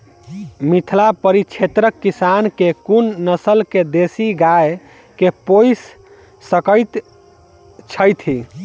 मिथिला परिक्षेत्रक किसान केँ कुन नस्ल केँ देसी गाय केँ पोइस सकैत छैथि?